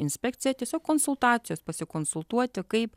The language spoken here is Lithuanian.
inspekciją tiesiog konsultacijos pasikonsultuoti kaip